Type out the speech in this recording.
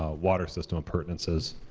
ah water system impertinences.